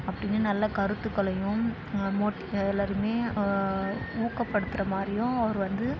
அப்படின்னு நல்ல கருத்துக்களையும் மோட்டி எல்லாரையுமே ஊக்கப்படுத்துகிற மாதிரியும் அவர் வந்து